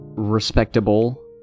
respectable